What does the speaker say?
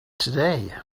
today